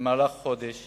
במהלך החודש